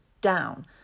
down